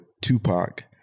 Tupac